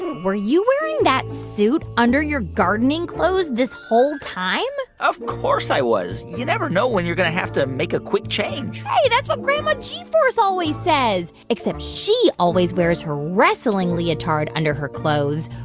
were you wearing that suit under your gardening clothes this whole time? of course i was. you never know when you're going to have to make a quick change hey, that's what grandma g-force always says, except she always wears her wrestling leotard under her clothes,